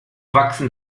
wachsen